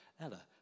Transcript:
Ella